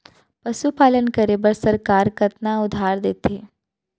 पशुपालन करे बर सरकार कतना उधार देथे?